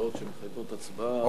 הודעות שמחייבות הצבעה.